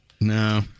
No